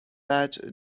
وجه